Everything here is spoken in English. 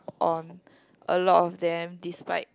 on a lot of them despite